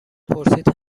پرسید